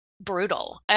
brutal